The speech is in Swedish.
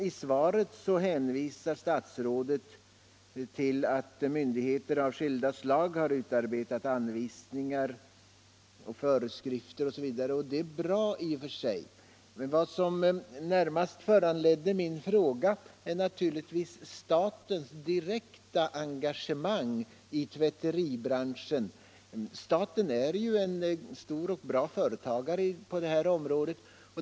I svaret hänvisar statsrådet till att myndigheter av skilda slag har utarbetat anvisningar och föreskrifter. Det är i och för sig bra. Men vad som föranlett min fråga är statens direkta engagemang i tvätteribranschen. Staten är ju en stor företagare på det här området.